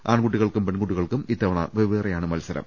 ആൺകുട്ടികൾക്കും പെൺകുട്ടികൾക്കും ഇത്തവണ വെവ്വേറെയാണ് മത്സരം